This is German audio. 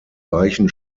weichen